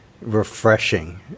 refreshing